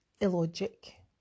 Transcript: illogic